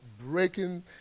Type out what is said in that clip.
breaking